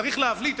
צריך להבליט,